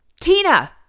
Tina